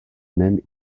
même